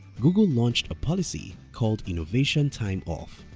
google launched a policy called innovation time off.